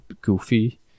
goofy